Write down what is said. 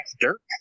dirt